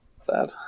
sad